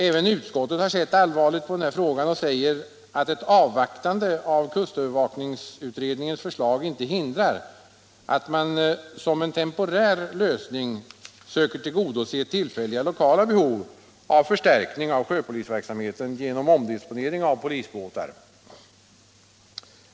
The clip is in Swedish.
Även utskottet har sett allvarligt på den här frågan och säger, att ett avvaktande av kustövervakningsutredningens förslag inte hindrar att man såsom en temporär lösning söker tillgodose tillfälliga lokala behov av förstärkning av sjöpolisverksamheten genom omdisponering av polisbåtar.